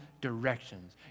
directions